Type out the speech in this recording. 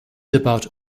about